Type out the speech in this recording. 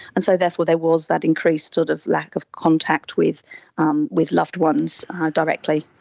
and so therefore there was that increased sort of lack of contact with um with loved ones directly.